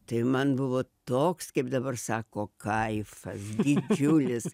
tai man buvo toks kaip dabar sako kaifas didžiulis